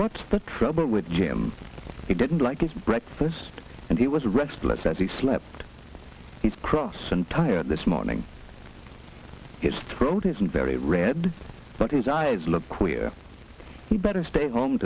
but the trouble with jim he didn't like his breakfast and he was restless as he slept his cross and tired this morning his throat isn't very red but his eyes look queer he better stay home